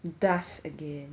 dust again